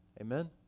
Amen